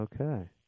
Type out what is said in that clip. Okay